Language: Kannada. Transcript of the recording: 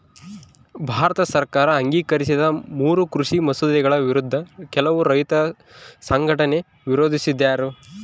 ಭಾರತ ಸರ್ಕಾರ ಅಂಗೀಕರಿಸಿದ ಮೂರೂ ಕೃಷಿ ಮಸೂದೆಗಳ ವಿರುದ್ಧ ಕೆಲವು ರೈತ ಸಂಘಟನೆ ವಿರೋಧಿಸ್ಯಾರ